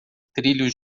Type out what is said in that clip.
trilhos